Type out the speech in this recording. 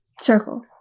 Circle